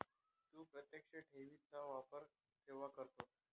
तू प्रत्यक्ष ठेवी चा वापर केव्हा करतो?